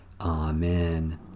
Amen